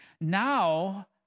Now